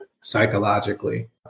psychologically